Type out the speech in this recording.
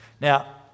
Now